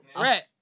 Rat